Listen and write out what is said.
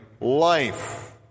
life